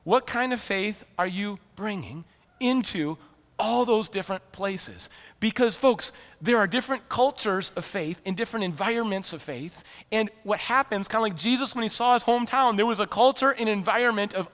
what kind of faith are you bringing into all those different places because folks there are different cultures of faith in different environments of faith and what happens kelly jesus many saw as hometown there was a culture an environment